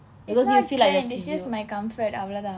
because you feel like it's in your